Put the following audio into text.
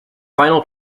final